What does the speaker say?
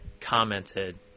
commented